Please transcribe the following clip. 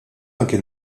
anki